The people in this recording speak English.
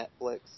Netflix